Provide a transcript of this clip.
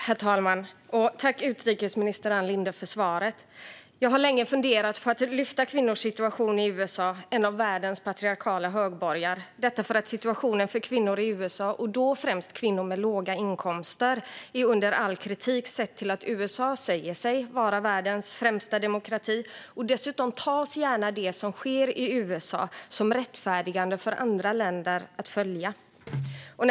Herr talman! Jag tackar utrikesminister Ann Linde för svaret. Jag har länge funderat på att lyfta kvinnornas situation i USA, en av världens patriarkala högborgar - detta för att situationen för kvinnor i USA och då främst kvinnor med låga inkomster är under all kritik sett till att USA säger sig vara världens främsta demokrati. Dessutom tas gärna det som sker i USA som något som rättfärdigar för andra länder att följa efter.